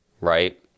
right